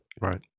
Right